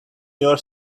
your